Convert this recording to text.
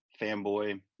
fanboy